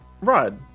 rod